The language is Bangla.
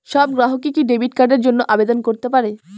সব গ্রাহকই কি ডেবিট কার্ডের জন্য আবেদন করতে পারে?